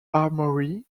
armoury